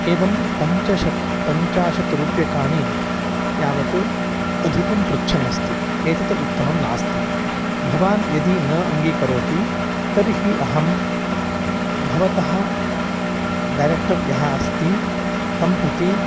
एवं पञ्चशात् पञ्चाशत् रूप्यकाणि यावत् अधिकं पृच्छन् अस्ति एतत् उत्तमं नास्ति भवान् यदि न अङ्गीकरोति तर्हि अहं भवतः डैरेक्टर् यः अस्ति तं प्रति